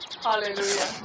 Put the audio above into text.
Hallelujah